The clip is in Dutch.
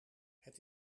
het